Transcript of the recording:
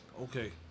Okay